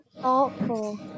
thoughtful